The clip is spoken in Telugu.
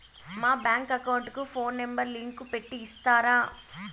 మా బ్యాంకు అకౌంట్ కు ఫోను నెంబర్ లింకు పెట్టి ఇస్తారా?